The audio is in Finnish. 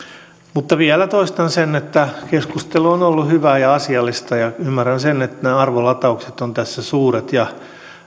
mutta vielä toistan sen että keskustelu on on ollut hyvää ja asiallista ymmärrän sen että nämä arvolataukset ovat tässä suuret ja